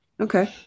Okay